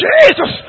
Jesus